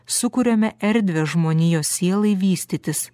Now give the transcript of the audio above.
sukuriame erdvę žmonijos sielai vystytis